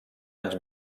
anys